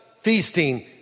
feasting